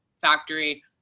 factory